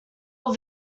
will